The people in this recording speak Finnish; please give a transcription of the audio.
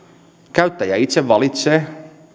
käyttäjä valitsee itse